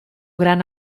gran